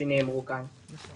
שנאמרו כאן בוועדה.